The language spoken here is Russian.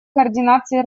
координации